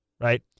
right